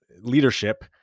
leadership